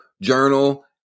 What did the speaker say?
journal